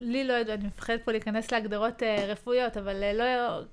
לי לא יודעת, אני מפחדת פה להיכנס להגדרות רפואיות, אבל לא